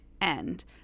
end